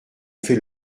fait